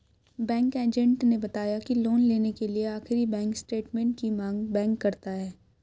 bank agent ने बताया की लोन लेने के लिए आखिरी बैंक स्टेटमेंट की मांग बैंक करता है